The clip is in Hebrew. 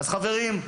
חברים,